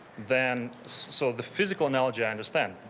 then so the physical analogy, i understand.